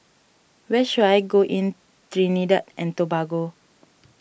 where should I go in Trinidad and Tobago